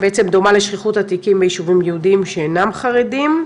בעצם דומה לשכיחות התיקים בישובים יהודיים שאינם חרדים.